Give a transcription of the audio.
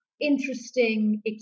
interesting